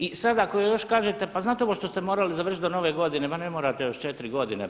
I sada ako još kažete, pa znate ovo što ste morali završiti do nove godine, ma ne morate još 4 godine.